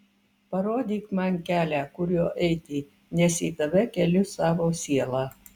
parodyk man kelią kuriuo eiti nes į tave keliu savo sielą